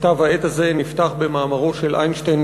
כתב העת הזה נפתח במאמרו של איינשטיין,